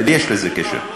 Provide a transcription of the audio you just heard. יש לזה קשר.